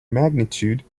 magnitude